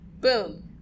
boom